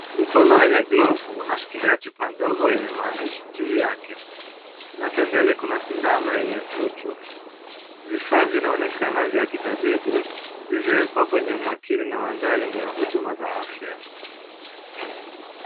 Mkono wenye glovu unasikiliza chupa ndogo yenye maandishi juu yake. Na pembeni kuna sindano yenye chuchu. Vifaa vinaonekana vya kitabibu, vimewekwa kwenye umakini na mandhari ni ya huduma za afya.